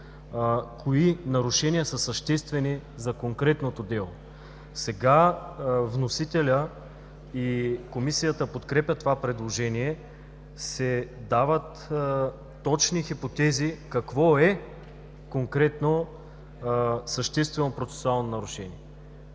кои нарушения са съществени за конкретното дело. Сега вносителят, а и Комисията подкрепя това предложение, се дават точни хипотези какво е конкретно съществено процесуално нарушение.